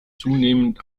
zunehmend